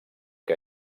que